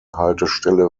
haltestelle